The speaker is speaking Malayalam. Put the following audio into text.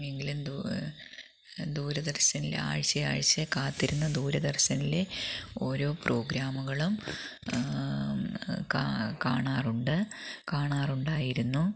എങ്കിലും ദൂരദര്ശനിൽ ആഴ്ച് ആഴ്ച് കാത്തിരുന്ന് ദൂരദര്ശനിലെ ഓരോ പ്രോഗ്രാമുകളും കാണാറുണ്ട് കാണാറുണ്ടായിരുന്നു